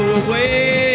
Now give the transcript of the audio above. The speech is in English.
away